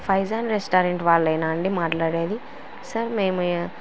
Faizan restaurant వాళ్ళేనా అండి మాట్లాడేది సార్ మేము